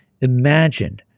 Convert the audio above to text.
imagine